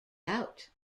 out